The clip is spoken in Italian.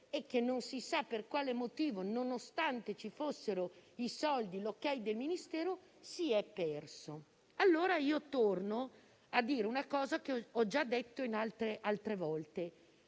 e che non si sa per quale motivo, nonostante ci fossero i soldi e il via libera del Ministero, si è perso. Torno allora a ripetere una cosa che ho già detto altre volte.